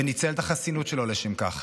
ניצל את החסינות שלו לשם כך.